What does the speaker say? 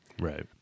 Right